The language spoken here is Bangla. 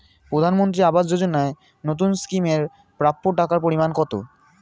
প্রধানমন্ত্রী আবাস যোজনায় নতুন স্কিম এর প্রাপ্য টাকার পরিমান কত?